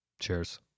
Cheers